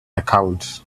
account